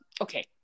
okay